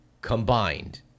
combined